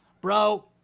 bro